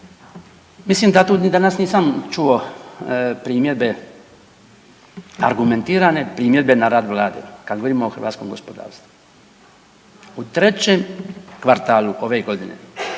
mislim da tu danas nisam čuo primjedbe argumentirane primjedbe na rad Vlade kada govorimo o hrvatskom gospodarstvu. U 3. kvartalu ove godine